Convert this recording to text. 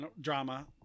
drama